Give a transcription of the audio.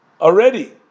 already